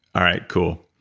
all right. cool.